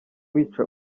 wica